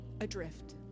adrift